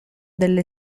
delle